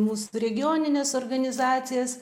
mūs regionines organizacijas